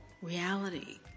reality